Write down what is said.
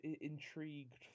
intrigued